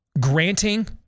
Granting